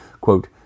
quote